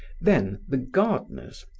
then the gardeners,